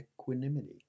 equanimity